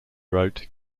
wrote